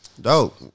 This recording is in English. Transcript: Dope